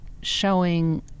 showing